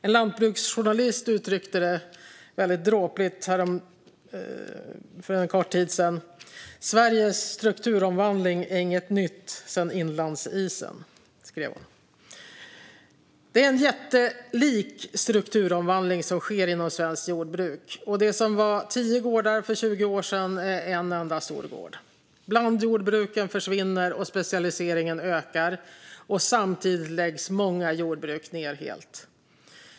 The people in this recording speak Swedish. En lantbruksjournalist uttryckte det väldigt dråpligt för en kort tid sedan: Sveriges strukturomvandling är inget nytt sedan inlandsisen. Det är en jättelik strukturomvandling som sker inom svenskt jordbruk. Det som var tio gårdar för tjugo år sedan är en enda stor gård i dag. Blandjordbruken försvinner och specialiseringen ökar. Samtidigt läggs många jordbruk ned helt.